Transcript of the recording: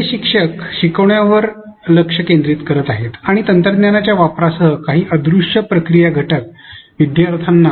पहिले शिक्षक शिकण्यावर लक्ष केंद्रित करीत आहेत आणि तंत्रज्ञानाच्या वापरासह काही अदृश्य प्रक्रिया घटक विद्यार्थ्यांना